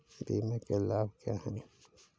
बीमा के लाभ क्या हैं?